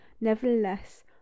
nevertheless